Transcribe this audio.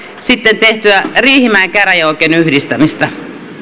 sitten tehtyä riihimäen käräjäoikeuden yhdistämistä